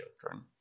children